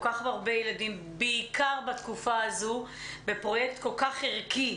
כך הרבה ילדים בעיקר בתקופה הזאת בפרויקט כל כך ערכי